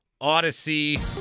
Odyssey